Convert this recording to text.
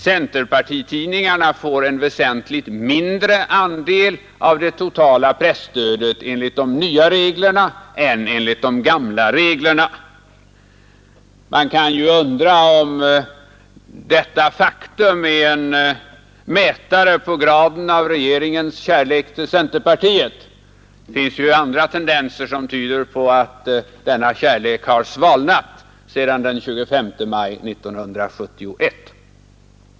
De får en väsentligt mindre andel av det totala presstödet enligt de nya reglerna än enligt de gamla. Man kan undra om detta faktum är en mätare på graden av regeringens kärlek till centerpartiet. Det finns ju andra tendenser som tyder på att denna kärlek har svalnat sedan den 25 maj 1971.